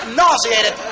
nauseated